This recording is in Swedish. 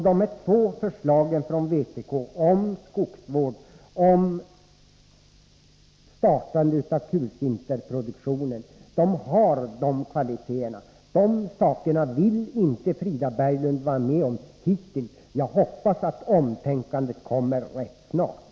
De här två förslagen från vpk om skogsvård och om startande av kulsinterproduktion har de kvaliteterna. Men de förslagen har Frida Berglund hittills inte velat vara med om att tillstyrka. Jag hoppas att ett omtänkande kommer rätt snart.